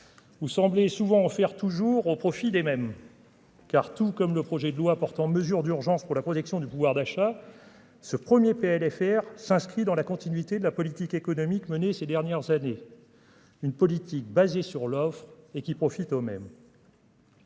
vous semblez souvent toujours au profit des mêmes. Car, tout comme le projet de loi portant mesures d'urgence pour la protection du pouvoir d'achat, ce premier PLFR s'inscrit dans la continuité de la politique économique menée ces dernières années une politique basée sur l'offre et qui profite au même.